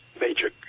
major